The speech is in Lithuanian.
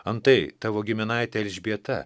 antai tavo giminaitė elžbieta